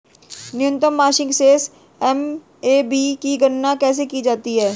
न्यूनतम मासिक शेष एम.ए.बी की गणना कैसे की जाती है?